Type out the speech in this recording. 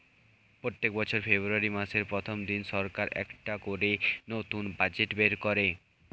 প্রত্যেক বছর ফেব্রুয়ারি মাসের প্রথম দিনে সরকার একটা করে নতুন বাজেট বের করে